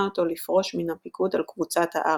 אותו לפרוש מן הפיקוד על קבוצת הארמיות.